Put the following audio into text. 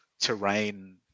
terrain